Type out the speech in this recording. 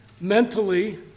mentally